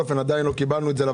עדיין לא קיבלנו את זה.